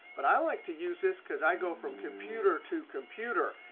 but i like to use this, because i go from computer to computer.